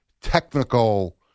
technical